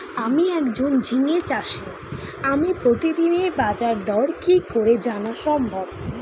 আমি একজন ঝিঙে চাষী আমি প্রতিদিনের বাজারদর কি করে জানা সম্ভব?